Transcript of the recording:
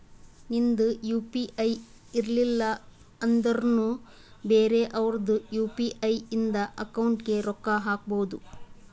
ನಿಂದ್ U P I ಇರ್ಲಿಲ್ಲ ಅಂದುರ್ನು ಬೇರೆ ಅವ್ರದ್ ಯು.ಪಿ.ಐ ಇಂದ ಅಕೌಂಟ್ಗ್ ರೊಕ್ಕಾ ಹಾಕ್ಬೋದು